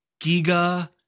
Giga